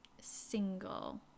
single